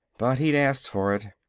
but he'd asked for it.